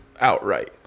outright